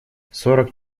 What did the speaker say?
сорок